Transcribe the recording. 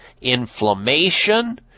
inflammation